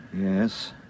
Yes